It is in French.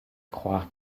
croire